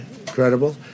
incredible